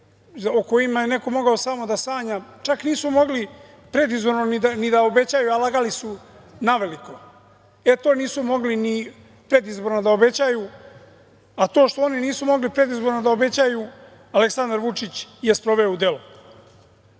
o kojima je neko mogao samo da sanja, čak nisu mogli predizborno da obećaju, a lagali su naveliko. E, to nisu mogli ni predizborno da obećaju, a to što oni nisu mogli predizborno da obećaju Aleksandar Vučić je sproveo u delo. Ono